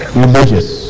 religious